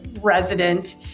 resident